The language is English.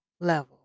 level